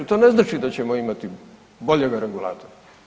To ne znači da ćemo imati boljeg regulatora.